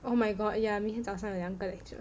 oh my god ya 明天早上有两个 lecture